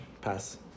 pass